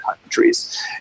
countries